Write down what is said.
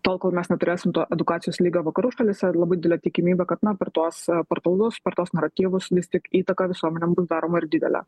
tol kol mes neturėsim to edukacijos lygio vakarų šalyse labai didelė tikimybė kad na per tuos portalus per tuos naratyvus vis tik įtaka visuomenėm bus daroma ir didelė